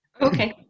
okay